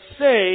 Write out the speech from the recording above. say